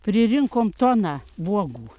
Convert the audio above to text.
pririnkom toną uogų